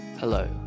Hello